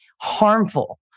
harmful